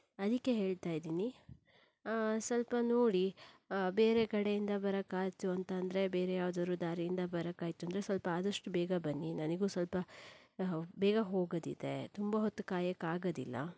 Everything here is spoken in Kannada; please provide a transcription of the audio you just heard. ಅದಕ್ಕೆ ಹೇಳ್ತಾಯಿದ್ದೀನಿ ಸ್ವಲ್ಪ ನೋಡಿ ಬೇರೆ ಕಡೆಯಿಂದ ಬರೋಕ್ಕಾಯ್ತು ಅಂತಂದರೆ ಬೇರೆ ಯಾವ್ದಾದ್ರೂ ದಾರಿಯಿಂದ ಬರೋಕ್ಕಾಯ್ತು ಅಂದರೆ ಸ್ವಲ್ಪ ಆದಷ್ಟು ಬೇಗ ಬನ್ನಿ ನನಗೂ ಸ್ವಲ್ಪ ಬೇಗ ಹೋಗೋದಿದೆ ತುಂಬ ಹೊತ್ತು ಕಾಯೋಕ್ಕಾಗೋದಿಲ್ಲ